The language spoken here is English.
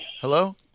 Hello